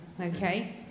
okay